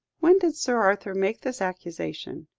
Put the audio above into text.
when did sir arthur make this accusation?